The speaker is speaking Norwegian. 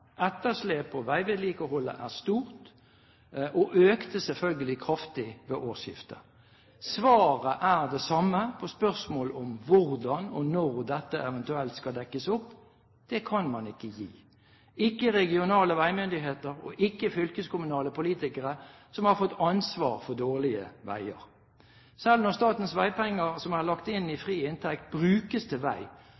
Etterslep på veivedlikeholdet er stort, og økte selvfølgelig kraftig ved årsskiftet. Svaret er det samme på spørsmål om hvordan og når dette eventuelt skal dekkes opp: Det kan man ikke gi – ikke regionale veimyndigheter og ikke fylkeskommunale politikere som har fått ansvar for dårligere veier. Selv når statens veipenger som er lagt inn i